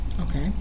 Okay